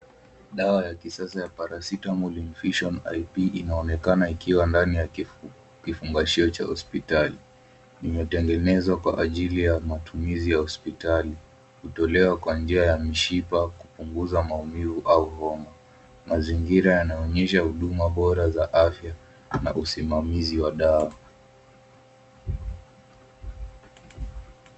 Dawa ya kisasa ya Paracetamol Infusion IP inaonekana ikiwa ndani ya kifungashio cha hospitali. Imetengenezwa kwa ajili ya matumizi ya hospitali, hutolewa kwa njia ya mishipa kupunguza maumivu au homa. Mazingira yanaonyesha huduma bora za afya na usimamizi wa dawa.